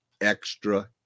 extra